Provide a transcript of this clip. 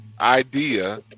idea